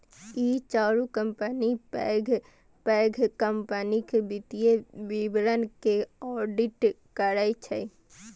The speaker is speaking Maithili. ई चारू कंपनी पैघ पैघ कंपनीक वित्तीय विवरण के ऑडिट करै छै